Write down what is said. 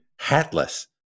hatless